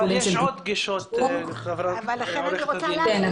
אבל יש עוד גישות למערכת --- כן,